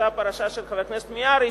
אותה פרשה של חבר הכנסת מיעארי,